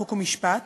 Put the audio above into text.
חוק ומשפט